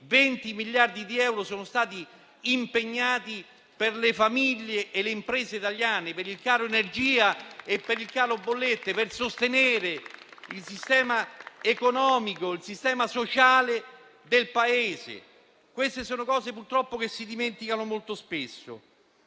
20 dei quali sono stati impegnati per le famiglie e le imprese italiane, per il caro energia e per il caro bollette, per sostenere il sistema economico e sociale del Paese. Queste sono cose che purtroppo si dimenticano molto spesso.